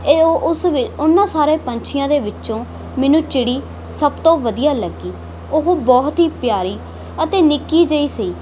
ਇਹ ਓ ਉਸ ਉਹਨਾਂ ਸਾਰੇ ਪੰਛੀਆਂ ਦੇ ਵਿੱਚੋਂ ਮੈਨੂੰ ਚਿੜੀ ਸਭ ਤੋਂ ਵਧੀਆ ਲੱਗੀ ਉਹ ਬਹੁਤ ਹੀ ਪਿਆਰੀ ਅਤੇ ਨਿੱਕੀ ਜਿਹੀ ਸੀ